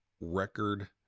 record